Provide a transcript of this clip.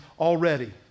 already